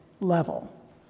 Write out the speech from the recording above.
level